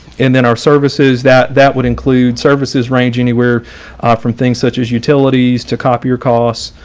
and then our services that that would include services ranging anywhere from things such as utilities to copier costs,